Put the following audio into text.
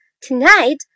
tonight